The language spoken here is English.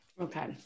Okay